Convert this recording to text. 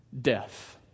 Death